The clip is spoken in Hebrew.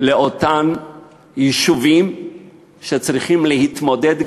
דיפרנציאלי לאותם יישובים שצריכים להתמודד,